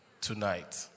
tonight